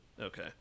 Okay